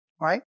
right